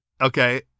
Okay